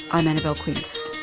i'm annabelle quince.